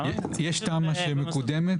יש תמ"א שמקודמת